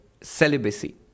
celibacy